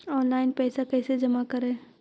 Online पैसा कैसे जमा करे?